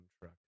truck